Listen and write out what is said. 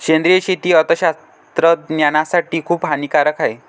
सेंद्रिय शेती अर्थशास्त्रज्ञासाठी खूप हानिकारक आहे